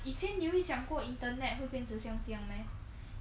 以前你会想过 internet 会变成像这样 meh